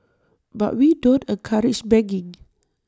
but we don't encourage begging